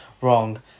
wrong